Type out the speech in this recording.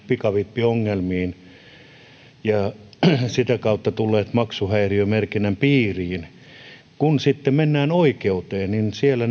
pikavippiongelmiin ja sitä kautta tullut maksuhäiriömerkinnän piiriin ja kun sitten mennään oikeuteen niin siellä